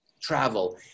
Travel